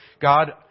God